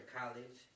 college